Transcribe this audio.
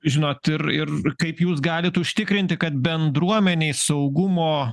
žinot ir ir kaip jūs galit užtikrinti kad bendruomenei saugumo